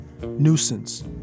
nuisance